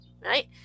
right